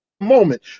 moment